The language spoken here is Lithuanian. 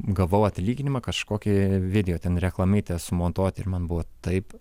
gavau atlyginimą kažkokį video ten reklamytę sumontuoti ir man buvo taip